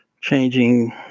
changing